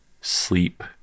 sleep